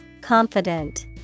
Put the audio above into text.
Confident